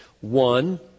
One